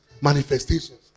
Manifestations